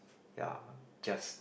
ya just